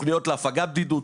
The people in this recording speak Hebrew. תוכניות להפגת בדידות,